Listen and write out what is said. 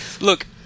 look